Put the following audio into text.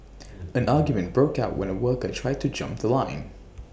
an argument broke out when A worker tried to jump The Line